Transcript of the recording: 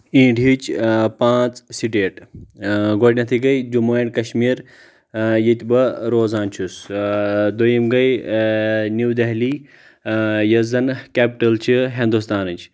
انڈیِہٕچ پانٛژ سٹیٹہٕ گۄڈٚنیٚتھٕے گے جموں اینٛڈ کشمیر ییٚتہِ بہٕ روزان چھُس اۭں دوٚیِم گے نیو دہلی اۭں یۄس زن کیٚپٹل چھِ ہندوستانٕچ